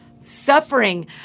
suffering